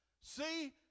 See